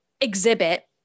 exhibit